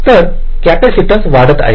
तर कॅपेसिटन्स वाढत आहे